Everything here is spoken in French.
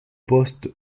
poste